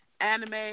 anime